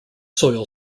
soil